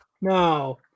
no